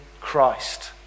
Christ